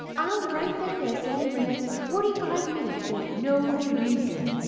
i'll write that essay in the next forty-five minutes, or know the reason,